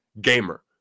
gamer